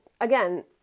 again